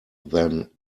than